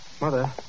Mother